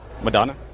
Madonna